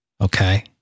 Okay